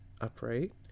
upright